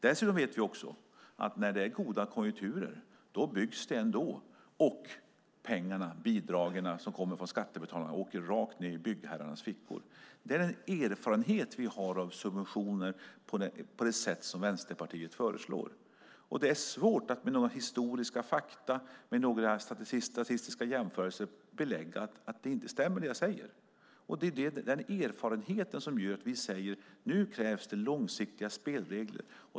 Vi vet också att när det är goda konjunkturer byggs det ändå, och bidragen från skattebetalarna åker rakt ned i byggherrarnas fickor. Det är den erfarenhet vi har av subventioner av det slag som Vänsterpartiet föreslår. Det är svårt att med några historiska fakta eller statistiska jämförelser belägga att det jag säger inte stämmer. Det är denna erfarenhet som gör att vi säger att det nu krävs långsiktiga spelregler.